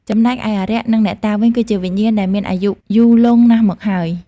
ចំណែកឯអារក្សនិងអ្នកតាវិញ គឺជាវិញ្ញាណដែលមានអាយុយូរលង់ណាស់មកហើយ។